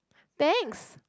thanks